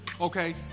Okay